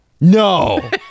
No